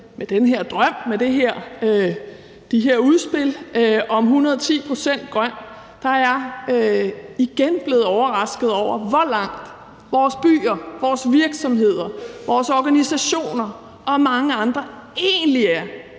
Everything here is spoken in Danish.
med den her drøm og med de her udspil om 110 pct. grøn, er jeg igen blevet overrasket over, hvor langt vores byer, vores virksomheder, vores organisationer og mange andre egentlig er